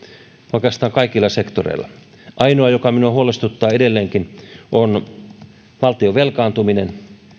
oikeastaan kaikilla sektoreilla ainoa mikä minua huolestuttaa edelleenkin on valtion velkaantuminen